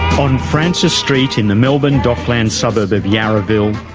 on francis st in the melbourne docklands suburb of yarraville,